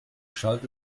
schallt